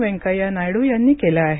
वेंकय्या नायडू यांनी केलं आहे